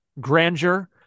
grandeur